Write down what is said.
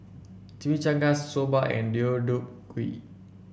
Chimichangas Soba and Deodeok Gui